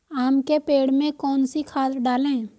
आम के पेड़ में कौन सी खाद डालें?